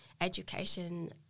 education